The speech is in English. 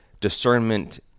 discernment